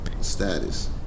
Status